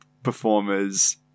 performer's